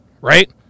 right